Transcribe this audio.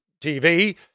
tv